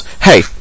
hey